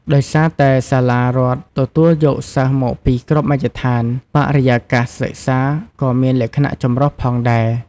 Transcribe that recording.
ដោយសារតែសាលារដ្ឋទទួលយកសិស្សមកពីគ្រប់មជ្ឈដ្ឋាន បរិយាកាសសិក្សាក៏មានលក្ខណៈចម្រុះផងដែរ។